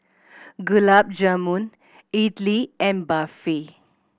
Gulab Jamun Idili and Barfi